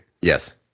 yes